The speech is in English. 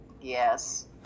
Yes